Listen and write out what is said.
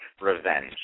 revenge